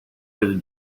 edited